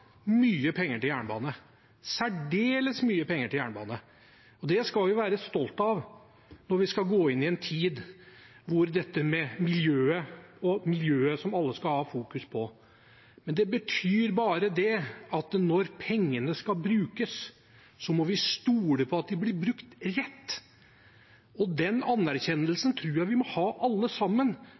mye penger til jernbane, særdeles mye penger til jernbane. Det skal vi være stolte av når vi skal gå inn i en tid da dette med miljøet er noe alle skal fokusere på. Men det betyr bare at når pengene skal brukes, må vi stole på at de blir brukt rett. Den erkjennelsen tror jeg vi må ha, alle sammen,